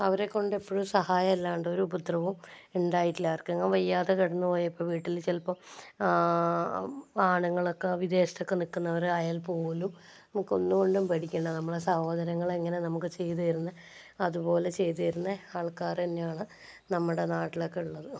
അവരെക്കൊണ്ട് എപ്പോഴും സഹായമല്ലാണ്ട് ഒരു ഉപദ്രവവും ഉണ്ടായിട്ടില്ല ആർക്കെങ്കിലും വയ്യാതെ കിടന്നു പോയപ്പോൾ വീട്ടിൽ ചിലപ്പോൾ ആണുങ്ങൾ ഒക്കെ വിദേശത്തൊക്കെ നിൽക്കുന്നവരായാൽ പോലും നമുക്കൊന്ന് കൊണ്ടും പേടിക്കേണ്ട നമ്മളുടെ സഹോദരങ്ങൾ എങ്ങനെ നമുക്ക് ചെയ്തു തരുന്ന അതുപോലെ ചെയ്ത് തരുന്ന ആൾക്കാർ തന്നെയാണ് നമ്മുടെ നാട്ടിലൊക്കെ ഉള്ളത്